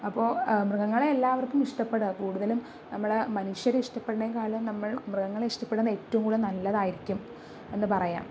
അപ്പോൾ മൃഗങ്ങളെ എല്ലാവർക്കും ഇഷ്ടപ്പെടും കൂടുതലും നമ്മള് മനുഷ്യരെ ഇഷ്ടപ്പെടണേൽക്കാളും നമ്മൾ മൃഗങ്ങളെ ഇഷ്ടപ്പെടുന്നത് ഏറ്റവും കൂടുതൽ നല്ലതായിരിക്കും എന്ന് പറയാം